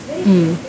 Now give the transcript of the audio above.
mm